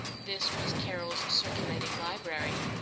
this was carol's circulating library.